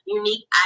unique